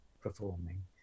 performing